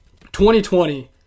2020